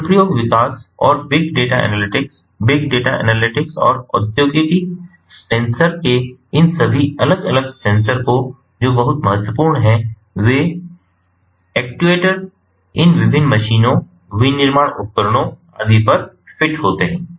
अनुप्रयोग विकास और big data analytics big data analytics और औद्योगिक सेंसर के इन सभी अलग अलग सेंसर को जो बहुत महत्वपूर्ण हैं वे एक्ट्यूएटर इन विभिन्न मशीनों विनिर्माण उपकरणों आदि पर फिट होते हैं